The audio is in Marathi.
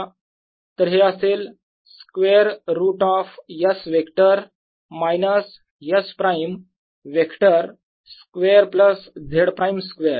तर हे असेल square root of S vector minus S prime vector square plus Z prime square